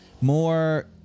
more